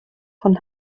von